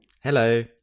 Hello